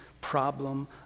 problem